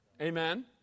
Amen